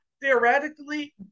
theoretically